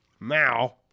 Now